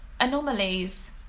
anomalies